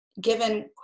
given